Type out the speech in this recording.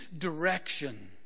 direction